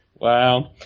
Wow